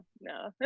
no